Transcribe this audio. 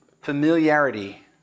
Familiarity